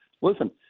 Listen